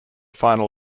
final